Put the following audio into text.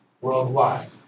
worldwide